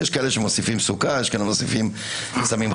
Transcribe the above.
יש כאלה שמוסיפים סוכר, יש כאלה ששמים חלב.